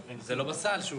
זה לא בסל.